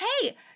hey